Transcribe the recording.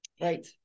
Right